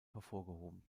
hervorgehoben